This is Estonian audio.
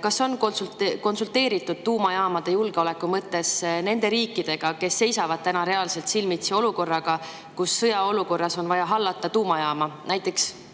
Kas on konsulteeritud tuumajaamade julgeoleku mõttes nende riikidega, kes seisavad reaalselt silmitsi sellega, et sõjaolukorras on vaja hallata tuumajaama, näiteks